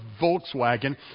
Volkswagen